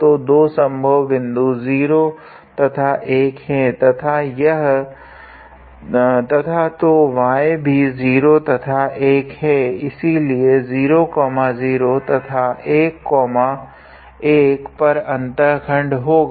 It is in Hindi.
तो दो संभव बिन्दुं 0 तथा 1 है तथा तो y भी 0 तथा 1 है इसलिए 00 तथा 11 पर अन्तःखंड होगा